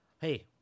Hey